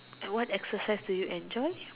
to what exercise do you joy